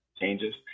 changes